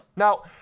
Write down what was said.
Now